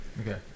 okay